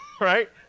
right